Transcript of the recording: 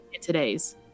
today's